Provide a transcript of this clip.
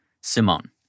Simone